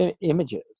images